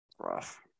Rough